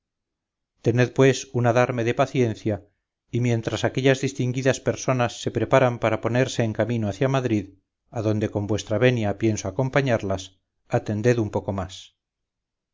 tened pues un adarme de paciencia y mientras aquellas distinguidas personas se preparan para ponerse en camino hacia madrid a donde con vuestra venia pienso acompañarlas atended un poco más